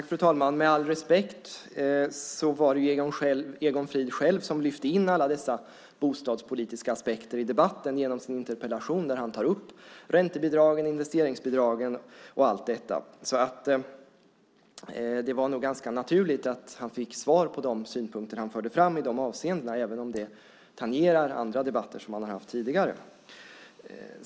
Fru talman! Med all respekt var det Egon Frid själv som lyfte in alla dessa bostadspolitiska aspekter i debatten genom sin interpellation där han tar upp räntebidragen, investeringsbidragen och allt detta. Det var nog ganska naturligt att han fick svar på de synpunkter han förde fram i de avseendena även om det tangerar andra debatter som han har haft tidigare.